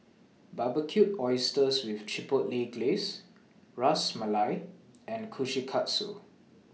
Barbecued Oysters with Chipotle Glaze Ras Malai and Kushikatsu